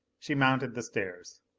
she mounted the stairs,